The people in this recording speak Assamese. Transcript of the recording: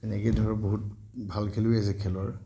এনেকৈ ধৰ বহুত ভাল খেলুৱৈ আছে খেলৰ